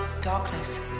Darkness